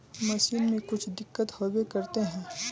Machine में कुछ दिक्कत होबे करते है?